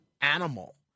animal